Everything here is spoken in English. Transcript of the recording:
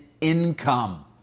income